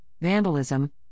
vandalism